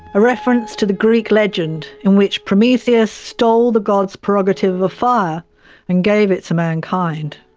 a reference to the greek legend in which prometheus stole the gods' prerogative of fire and gave it to mankind.